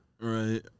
Right